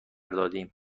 دادیم